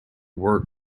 work